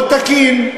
לא תקין,